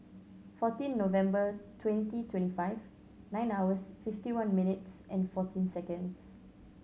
fourteen November twenty twenty five nine hours fifty one minutes and fourteen seconds